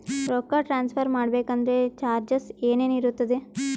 ರೊಕ್ಕ ಟ್ರಾನ್ಸ್ಫರ್ ಮಾಡಬೇಕೆಂದರೆ ಚಾರ್ಜಸ್ ಏನೇನಿರುತ್ತದೆ?